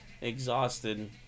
exhausted